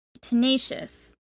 tenacious